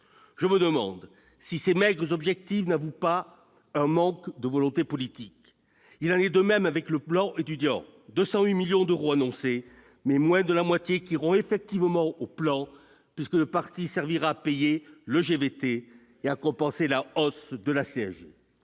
Je me demande si ces maigres objectifs n'avouent pas un manque de volonté politique. Il en est de même avec le plan Étudiants : 206 millions d'euros ont été annoncés, mais moins de la moitié seront effectivement affectés au plan, puisqu'une partie servira à payer le GVT et à compenser la hausse de la CSG.